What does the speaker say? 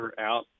out